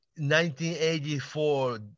1984